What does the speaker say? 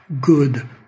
good